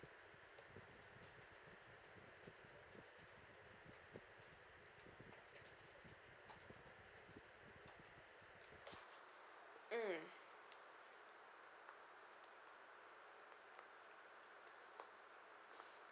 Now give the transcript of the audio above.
mm